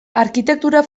arkitektura